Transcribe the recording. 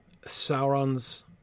Sauron's